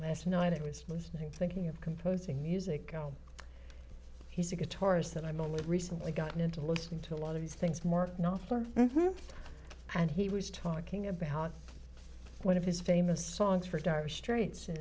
last night it was listening thinking of composing music he's a guitarist and i'm only recently gotten into listening to a lot of these things more not and he was talking about how one of his famous songs for dire straits